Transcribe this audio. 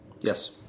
Yes